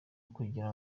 ukugira